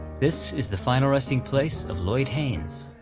this is the final resting place of lloyd haynes.